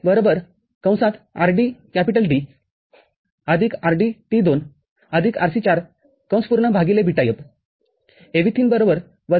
rd rdT२ Rc४βF AV३ १